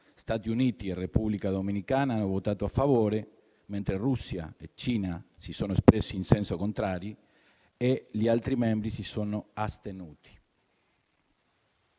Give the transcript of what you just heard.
Stati Uniti e Repubblica Dominicana hanno votato a favore, mentre Russia e Cina si sono espressi in senso contrario e gli altri membri si sono astenuti.